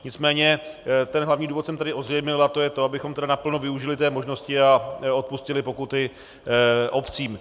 Nicméně ten hlavní důvod jsem tady ozřejmil a to je to, abychom naplno využili té možnosti a odpustili pokuty obcím.